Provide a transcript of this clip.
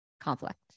conflict